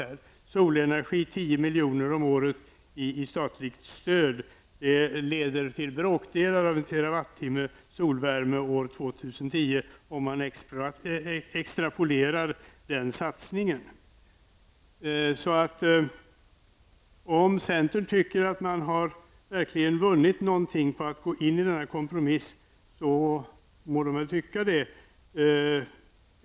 Om man extrapolerar satsningen 10 milj.kr. om året i statligt stöd till solenergi, finner man att den leder till bråkdelar av en terawattimme solvärme år 2010. Om centern tycker att man verkligen har vunnit någonting på att gå in i denna kompromiss, må man väl tycka det.